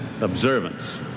observance